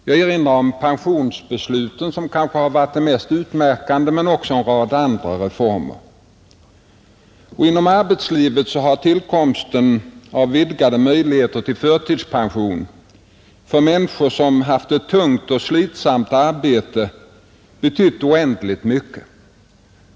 Jag erinrar om pensionsbesluten, som kanske varit de mest betydelsefulla, men också om en rad andra reformer. Inom arbetslivet har tillkomsten av vidgade möjligheter till förtidspension för människor som haft ett tungt och slitsamt arbete betytt oändligt mycket.